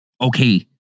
okay